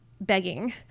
begging